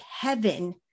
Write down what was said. heaven